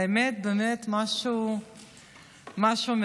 האמת, באמת משהו מרגש.